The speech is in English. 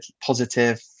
positive